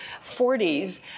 40s